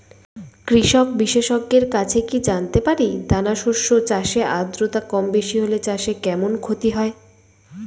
কৃষক বিশেষজ্ঞের কাছে কি জানতে পারি দানা শস্য চাষে আদ্রতা কমবেশি হলে চাষে কেমন ক্ষতি হয়?